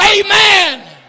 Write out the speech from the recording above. Amen